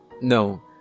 No